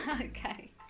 okay